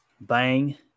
Bang